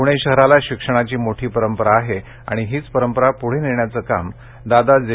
पुणे शहराला शिक्षणाची मोठी परंपरा आहे आणि हीच परंपरा पुढे नेण्याचं काम दादा जे